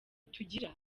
tugira